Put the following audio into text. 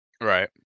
Right